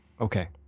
Okay